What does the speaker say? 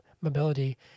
mobility